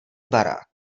barák